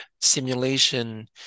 simulation